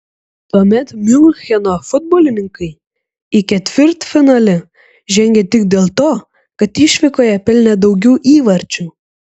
tuomet miuncheno futbolininkai į ketvirtfinalį žengė tik dėl to kad išvykoje pelnė daugiau įvarčių